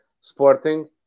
sporting